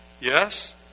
Yes